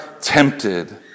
tempted